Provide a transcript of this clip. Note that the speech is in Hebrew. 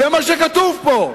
זה מה שכתוב פה.